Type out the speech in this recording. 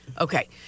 okay